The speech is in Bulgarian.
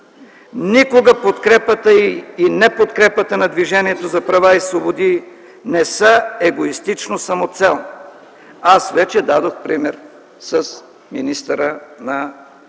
Никога подкрепата и неподкрепата на Движението за права и свободи не са егоистично самоцелни. Аз вече дадох пример с министъра на земеделието.